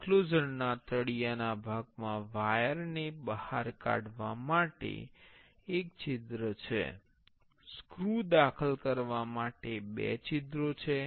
એંક્લોઝરના તળિયા ભાગમાં વાયર ને બહાર કાઢવા માટે એક છિદ્ર છે સ્ક્રૂ દાખલ કરવા માટે બે છિદ્રો છે